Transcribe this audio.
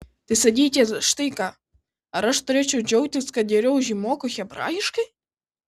tai sakykit štai ką ar aš turėčiau džiaugtis kad geriau už jį moku hebrajiškai